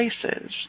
places